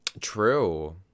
True